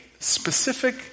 specific